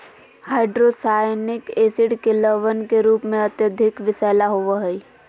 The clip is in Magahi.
हाइड्रोसायनिक एसिड के लवण के रूप में अत्यधिक विषैला होव हई